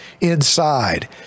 inside